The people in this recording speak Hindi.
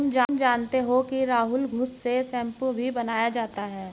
तुम जानते हो राहुल घुस से शैंपू भी बनाया जाता हैं